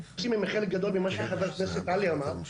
חלק גדול ממה שחבר הכנסת עלי אמר,